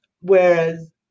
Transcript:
whereas